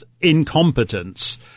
incompetence